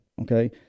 Okay